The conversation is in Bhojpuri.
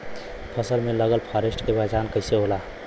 फसल में लगल फारेस्ट के पहचान कइसे होला?